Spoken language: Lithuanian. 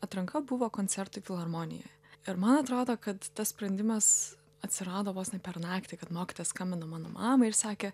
atranka buvo koncertui filharmonijoje ir man atrodo kad tas sprendimas atsirado vos ne per naktį kad mokytoja skambino mano mamai ir sakė